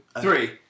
three